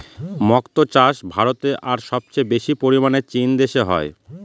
মক্তো চাষ ভারতে আর সবচেয়ে বেশি পরিমানে চীন দেশে হয়